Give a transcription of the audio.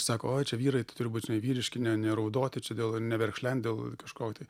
sako oi čia vyrai tai turi būt žinai vyriški neraudoti čia dėl neverkšlent dėl kažko tai